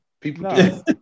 people